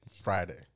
Friday